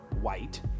white